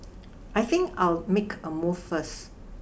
I think I'll make a move first